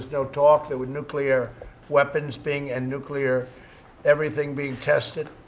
no talk. there were nuclear weapons being and nuclear everything being tested.